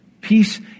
Peace